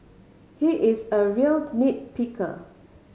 he is a real nit picker